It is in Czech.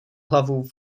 hlavu